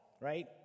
Right